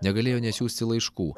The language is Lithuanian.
negalėjo nesiųsti laiškų